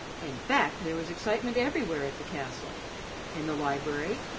in fact there was excitement everywhere at the castle in the library,